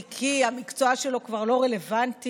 כי המקצוע שלו כבר לא רלוונטי,